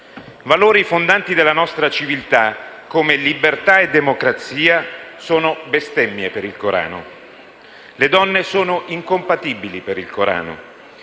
Valori fondanti della nostra civiltà, come la libertà e la democrazia, sono bestemmie per il Corano. Le donne sono incompatibili con il Corano